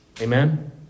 Amen